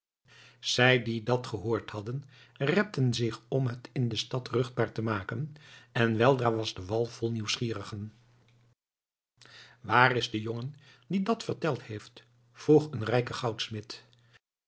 zij die dat gehoord hadden repten zich om het in de stad ruchtbaar te maken en weldra was de wal vol nieuwsgierigen waar is de jongen die dat verteld heeft vroeg een rijke